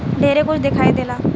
ढेरे कुछ दिखाई देला